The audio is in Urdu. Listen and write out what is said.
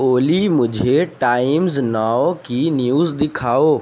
اولی مجھے ٹائمز ناؤ کی نیوز دکھاؤ